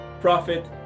profit